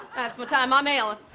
that's my time. i'm ellen.